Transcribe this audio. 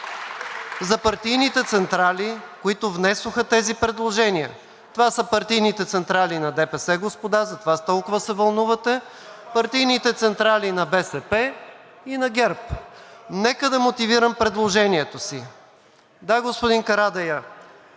за партийните централи, които внесоха тези предложения. Това са партийните централи на ДПС, господа, затова толкова се вълнувате, партийните централи на БСП и на ГЕРБ. Нека да мотивирам предложението си. (Реплика от народния